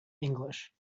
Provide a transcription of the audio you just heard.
english